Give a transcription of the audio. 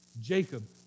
Jacob